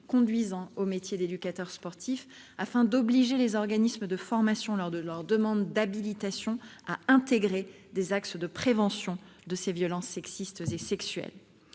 préparation au métier d'éducateur sportif, afin d'obliger les organismes de formation à intégrer, lors de leur demande d'habilitation, des actes de prévention de ces violences sexistes et sexuelles.